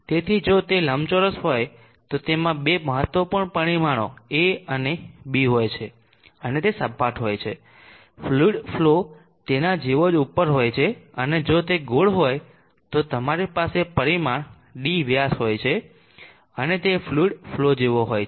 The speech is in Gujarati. તેથી જો તે લંબચોરસ હોય તો તેમાં બે મહત્વપૂર્ણ પરિમાણો A અને B હોય છે અને તે સપાટ હોય છે ફ્લુઈડ ફલો તેના જેવો જ ઉપર હોય છે અને જો તે ગોળ હોય તો તમારી પાસે પરિમાણ d વ્યાસ હોય છે અને તે ફ્લુઈડ ફલો જેવો હોય છે